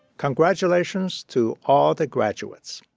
congratulations to all the graduates.